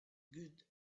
good